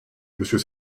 monsieur